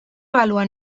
ebalua